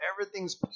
everything's